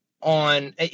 on